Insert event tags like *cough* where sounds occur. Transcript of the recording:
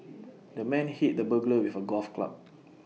*noise* the man hit the burglar with A golf club